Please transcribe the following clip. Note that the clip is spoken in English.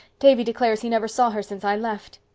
davy declares he never saw her since i left.